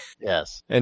Yes